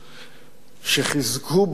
שחיזקו בנו את האמונה